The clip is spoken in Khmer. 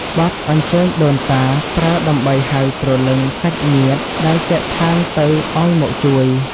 បទអញ្ជើញដូនតា ប្រើដើម្បីហៅព្រលឹងសាច់ញាតិដែលចែកឋានទៅឱ្យមកជួយ។